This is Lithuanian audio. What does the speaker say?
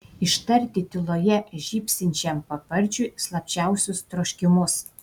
ištarti tyloje žybsinčiam paparčiui slapčiausius troškimus